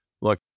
look